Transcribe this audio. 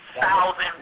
Thousand